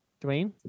Dwayne